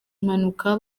impanuka